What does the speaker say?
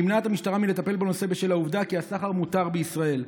נמנעת המשטרה מלטפל בנושא בשל העובדה שהסחר מותר בישראל.